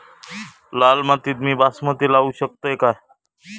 लाल मातीत मी बासमती लावू शकतय काय?